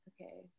okay